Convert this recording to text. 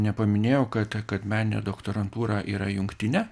nepaminėjau kad kad meninė doktorantūra yra jungtinė